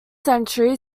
century